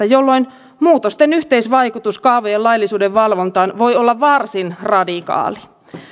jolloin muutosten yhteisvaikutus kaavojen laillisuuden valvontaan voi olla varsin radikaali